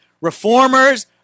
reformers